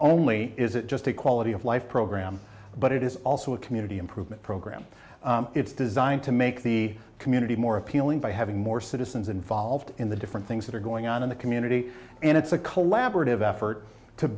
only is it just a quality of life program but it is also a community improvement program it's designed to make the community more appealing by having more citizens involved in the different things that are going on in the community and it's a collaborative effort to